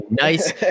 nice